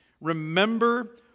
remember